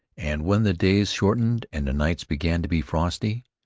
and when the days shortened and the nights began to be frosty,